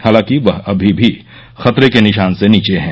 हालांकि वह अभी भी खतरे के निशान से नीचे है